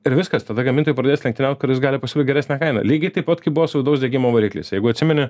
ir viskas tada gamintojai pradės lenktyniaut kuris gali pasiūlyt geresnę kainą lygiai taip pat kaip buvo su vidaus degimo varikliais jeigu atsimeni